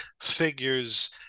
figures